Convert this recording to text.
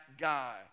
guy